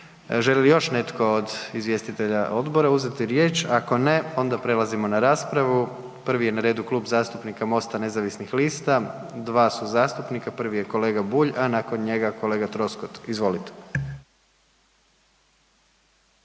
Želi li još netko od izvjestitelja odbora uzeti riječ? Ako ne onda prelazimo na raspravu, prvi je na redu Klub zastupnika MOST-a nezavisnih lista, dva su zastupnika, prvi je kolega Bulj, a nakon njega kolega Troskot, izvolite.